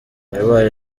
yabaye